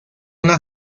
una